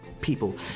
...people